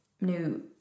new